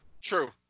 True